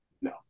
no